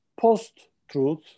post-truth